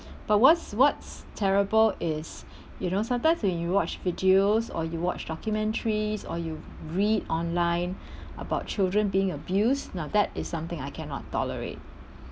but what's what's terrible is you know sometimes when you watch videos or you watch documentaries or you read online about children being abused now that is something I cannot tolerate